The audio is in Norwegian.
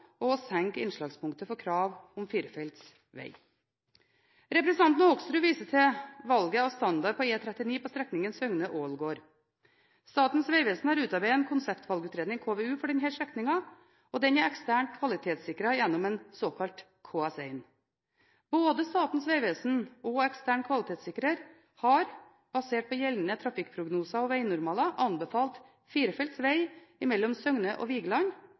og senke innslagspunktet for krav om firefelts veg. Representanten Hoksrud viser til valget av standard på E39 på strekningen Søgne–Ålgård. Statens vegvesen har utarbeidet en konseptvalgutredning, KVU, for denne strekningen, og den er eksternt kvalitetssikret gjennom en såkalt KS1. Både Statens vegvesen og ekstern kvalitetssikrer har, basert på gjeldende trafikkprognoser og vegnormaler, anbefalt firefelts veg mellom Søgne og